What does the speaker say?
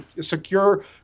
Secure